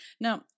Now